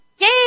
Yay